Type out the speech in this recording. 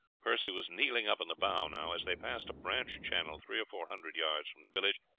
percy was kneeling up in the bow now. as they passed a branch channel three or four hundred yards from the village,